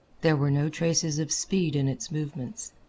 there were no traces of speed in its movements.